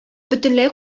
бөтенләй